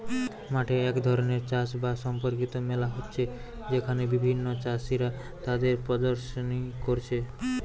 মাঠে এক ধরণের চাষ বাস সম্পর্কিত মেলা হচ্ছে যেখানে বিভিন্ন চাষীরা তাদের প্রদর্শনী কোরছে